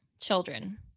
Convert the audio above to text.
children